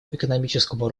экономическому